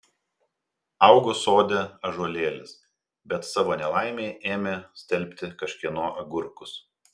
augo sode ąžuolėlis bet savo nelaimei ėmė stelbti kažkieno agurkus